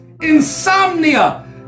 Insomnia